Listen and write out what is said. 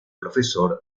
profesor